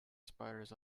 spiders